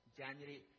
january